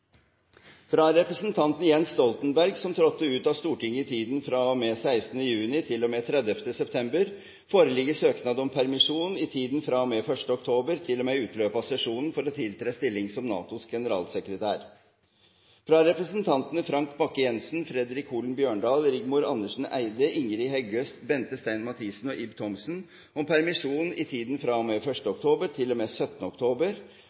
fra representanten Jens Stoltenberg, som trådte ut av Stortinget i tiden fra og med 16. juni til og med 30. september, foreligger søknad om permisjon i tiden fra og med 1. oktober til og med utløpet av sesjonen for å tiltre stilling som NATOs generalsekretær – fra representantene Frank Bakke-Jensen, Fredric Holen Bjørdal, Rigmor Andersen Eide, Ingrid Heggø, Bente Stein Mathisen og Ib Thomsen om permisjon i tiden